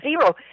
zero